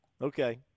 Okay